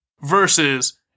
versus